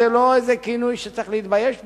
זה לא איזה כינוי שצריך להתבייש בו,